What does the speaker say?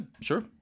sure